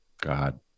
God